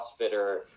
crossfitter